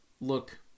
look